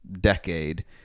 decade